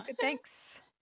Thanks